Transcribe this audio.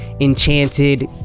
Enchanted